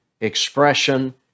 expression